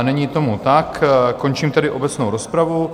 Není tomu tak, končím tedy obecnou rozpravu.